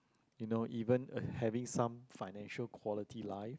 you know even uh having some financial quality life